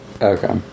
Okay